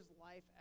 life